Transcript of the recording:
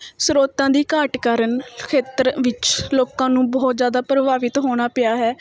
ਸਰੋਤਾਂ ਦੀ ਘਾਟ ਕਾਰਨ ਖੇਤਰ ਵਿੱਚ ਲੋਕਾਂ ਨੂੰ ਬਹੁਤ ਜ਼ਿਆਦਾ ਪ੍ਰਭਾਵਿਤ ਹੋਣਾ ਪਿਆ ਹੈ